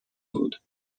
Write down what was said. بود